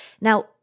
Now